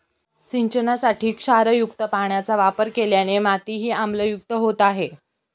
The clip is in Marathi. सिंचनासाठी क्षारयुक्त पाण्याचा वापर केल्याने मातीही आम्लयुक्त होत आहे